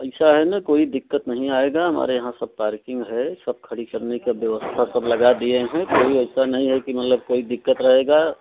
ऐसा है ना कोई दिक़्कत नहीं आएगी हमारे यहाँ सब पार्किंग है सब खड़ी करने का व्यवस्था सब लगा दिए हैं कोई ऐसा नहीं है कि मतलब कोई दिक़्कत आएगी